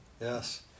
yes